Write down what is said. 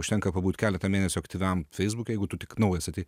užtenka pabūt keletą mėnesių aktyviam feisbuke jeigu tu tik naujas tai